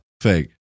Fake